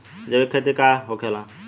जैविक खेती का होखेला?